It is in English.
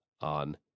on